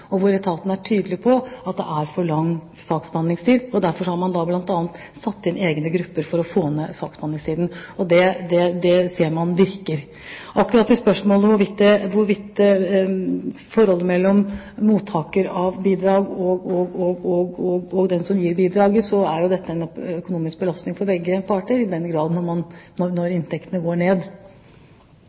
og som var på samme nivå som i 2006. Så vet vi at det innenfor det feltet som representanten tar opp, er et område hvor etaten er tydelig på at det er for lang saksbehandlingstid. Derfor har man bl.a. satt inn egne grupper for å få ned saksbehandlingstiden. Det ser man virker. Når det gjelder spørsmålet om forholdet mellom mottaker av bidrag og den som gir bidraget, er jo dette en økonomisk belastning for begge parter når inntektene går ned.